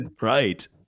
Right